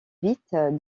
vite